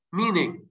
meaning